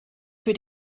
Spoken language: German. für